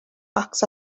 box